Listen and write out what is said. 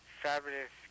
fabulous